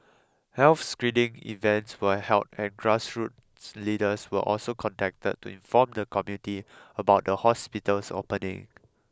health screening events were held and grassroots leaders were also contacted to inform the community about the hospital's opening